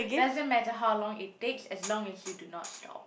doesn't matter how long it takes as long as you do not stop